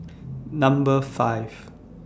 Number five